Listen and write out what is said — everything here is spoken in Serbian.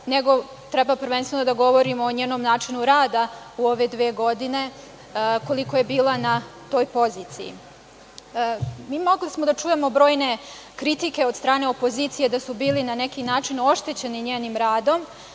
nego treba prvenstveno da govorimo o njenom načinu rada u ove dve godine, koliko je bila na toj poziciji. Mogli smo da čujemo brojne kritike od strane opozicije da su bili na neki način oštećeni njenim radom,